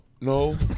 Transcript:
no